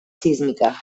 sísmica